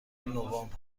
نوامبر